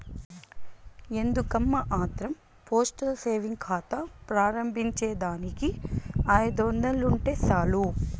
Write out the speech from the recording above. ఎందుకమ్మా ఆత్రం postal savings కాతా ప్రారంబించేదానికి ఐదొందలుంటే సాలు